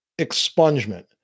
expungement